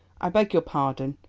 i beg your pardon,